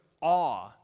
awe